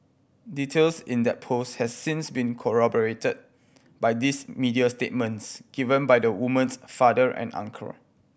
details in that post has since been corroborated by these media statements given by the woman's father and uncle